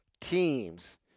teams